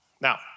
Now